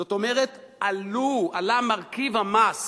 זאת אומרת, מרכיב המס